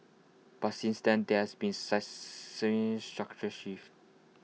but since then there has been structural shifts